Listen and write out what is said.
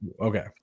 Okay